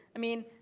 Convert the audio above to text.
i mean,